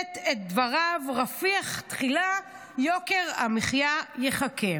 לצטט את דבריו: רפיח תחילה, יוקר המחיה יחכה.